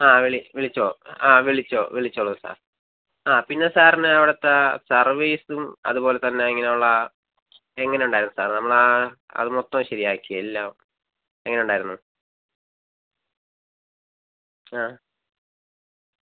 ആ വിളി വിളിച്ചോ ആ വിളിച്ചോ വിളിച്ചോളൂ സാർ ആ പിന്നെ സാറിന് അവിടുത്തെ സർവീസും അതുപോലെ തന്നെ ഇങ്ങനെയുള്ള എങ്ങനെ ഉണ്ടായിരുന്നു സാർ നമ്മൾ ആ അത് മൊത്തം ശരിയാക്കി എല്ലാം എങ്ങനെ ഉണ്ടായിരുന്നു ആ